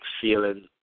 feeling